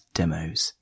demos